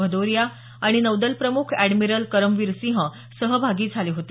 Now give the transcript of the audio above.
भदौरिया आणि नौदलप्रमुख अॅरडमिरल करमवीरसिंह सहभागी झाले होते